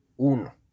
uno